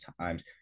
times